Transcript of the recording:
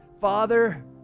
father